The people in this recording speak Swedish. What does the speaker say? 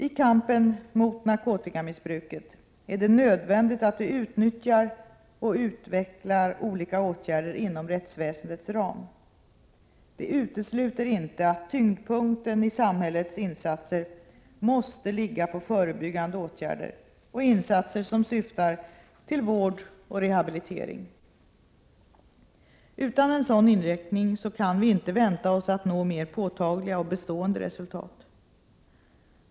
I kampen mot narkotikamissbruket är det nödvändigt att vi utnyttjar och utvecklar olika åtgärder inom rättsväsendets ram. Det utesluter inte att tyngdpunkten i samhällets insatser måste ligga på förebyggande åtgärder och insatser som syftar till vård och rehabilitering. Utan en sådan inriktning kan vi inte vänta oss att nå mer påtagliga och bestående resultat.